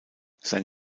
sein